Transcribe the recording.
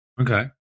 Okay